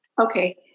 Okay